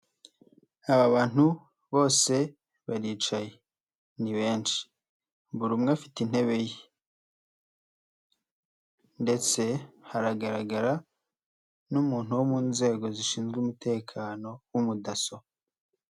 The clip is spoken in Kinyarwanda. Aba bantu bose baricaye ni benshi buri umwe afite intebe ye ndetse hagaragara n'umuntu wo mu nzego zishinzwe umutekano w'umudaso.